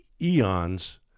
eons